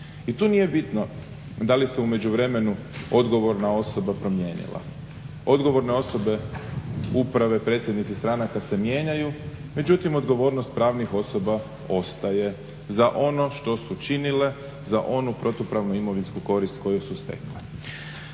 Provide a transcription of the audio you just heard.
I tu nije bitno da li se u međuvremenu odgovorna osoba promijenila. Odgovorne osobe, uprave, predsjednici stranaka se mijenjaju međutim odgovornost pravnih osoba ostaje za ono što su činile, za onu protupravnu imovinsku korist koju su stekle.